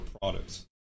products